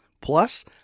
Plus